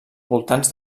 voltants